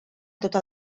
tota